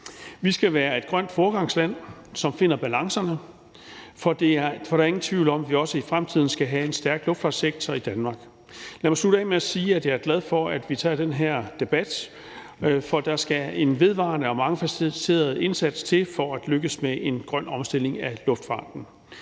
Vi skal være et grønt foregangsland, som finder balancerne, for der er ingen tvivl om, at vi også i fremtiden skal have en stærk luftfartssektor i Danmark. Lad mig slutte af med at sige, at jeg er glad for, at vi tager den her debat, for der skal en vedvarende og mangefacetteret indsats til for at lykkes med en grøn omstilling af luftfarten.